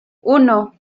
uno